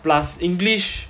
plus english